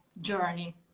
journey